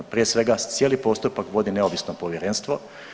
Prije svega cijeli postupak vodi neovisno povjerenstvo.